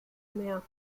mehr